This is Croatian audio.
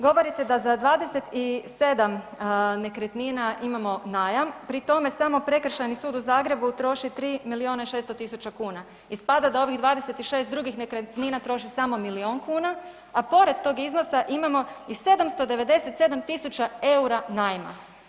Govorite da za 27 nekretnina imamo najam, pri tome samo Prekršajni sud u Zagrebu troši 3 miliona i 600 tisuća kuna, ispada da ovih 26 drugih nekretnina troši samo milion kuna, a pored tog iznosa imamo i 797 tisuća EUR-a najma.